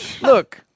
Look